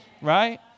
Right